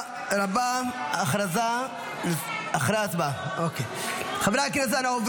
הכלי הזה הוא הכלי היחיד שאנחנו יכולים